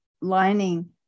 lining